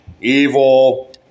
evil